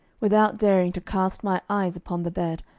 without daring to cast my eyes upon the bed,